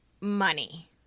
money